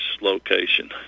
location